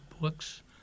books